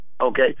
Okay